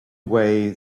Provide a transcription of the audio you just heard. way